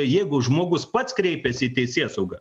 jeigu žmogus pats kreipiasi į teisėsaugą